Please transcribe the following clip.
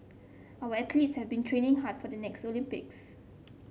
our athletes have been training hard for the next Olympics